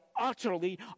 utterly